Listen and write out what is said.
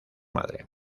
madre